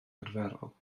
arferol